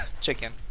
Chicken